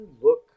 look